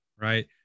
right